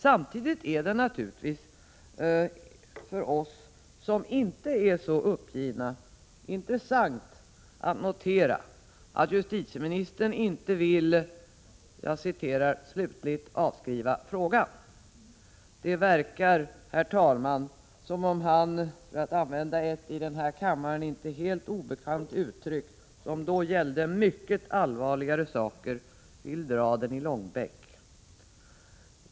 Samtidigt är det naturligtvis för oss som inte är så uppgivna intressant att notera att justitieministern inte vill ”slutligt avskriva frågan”. Det verkar, herr talman, som om han, för att använda ett i den här kammaren inte helt obekant uttryck, som då gällde mycket allvarligare saker, ”vill dra den i långbänk”.